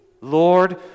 Lord